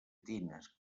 tines